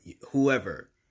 whoever